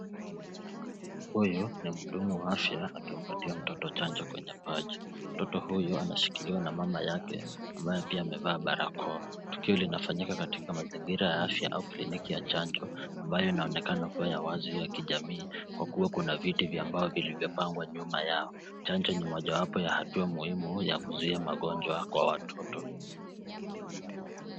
Huyu ni mhudumu wa afya akimpatia mtoto chanjo kwenye paja. Mtoto huyu anashikiliwa na mama yake ambaye pia amevaa barakoa. Tukio linafanyika katika mazingira haya ya afya au clinic ya chanjo ambayo inaonekana kuwa ya wazi ya kijamii kwa kuwa kuna viti vya mbao vilivyopangwa nyuma yao. Chanjo ni mojawapo ya hatua muhimu ya kuzuia magonjwa kwa watoto .